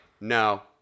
no